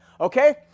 Okay